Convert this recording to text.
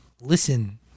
listen